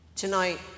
Tonight